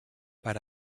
per